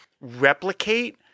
replicate